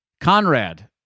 Conrad